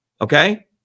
Okay